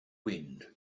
wind